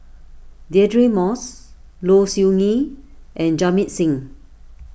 Deirdre Moss Low Siew Nghee and Jamit Singh